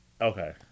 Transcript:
Okay